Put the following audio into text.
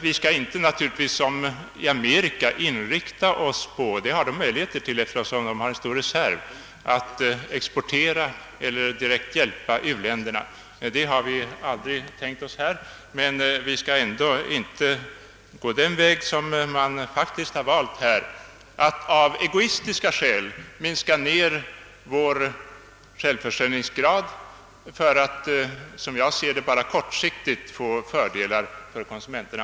Vi skall naturligtvis inte som i Amerika inrikta oss på att exportera till eller direkt hjälpa u-länderna med livsmedel. Det har man där möjligheter till eftersom man har stora reserver. Det har vi aldrig tänkt oss. Men vi anser inte heller att man bör gå den väg, som regeringen faktiskt valt i detta fall, att av egoistiska skäl förorda en minskning av vår självförsörjningsgrad för att — som jag ser det — kortfristigt få fördelar för konsumenterna.